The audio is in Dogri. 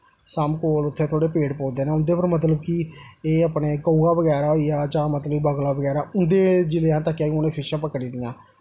सामनै कोल उत्थै थोह्ड़े पेड़ पौधे न उं'दे पर मतलब कि एह् अपने काउओ बगैरा होई गेआ जां मतलब बगला बगैरा उंंदे जिसलै असें तक्केआ उ'नें फिशां पकड़ी दियां